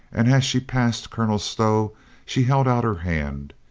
and as she passed colonel stow she held out her hand.